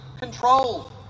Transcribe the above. control